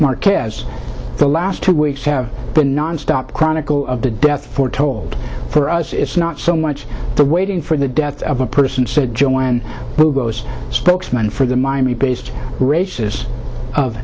marquez the last two weeks have been nonstop chronicle of the death foretold for us it's not so much the waiting for the death of a person said joanne who goes spokesman for the miami based races of